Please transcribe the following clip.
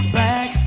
back